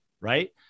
Right